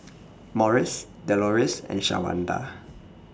Morris Doloris and Shawanda